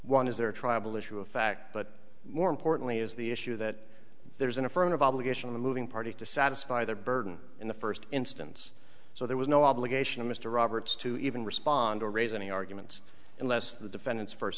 one is there a tribal issue of fact but more importantly is the issue that there is an affirmative obligation of the moving party to satisfy their burden in the first instance so there was no obligation of mr roberts to even respond or raise any arguments unless the defendants first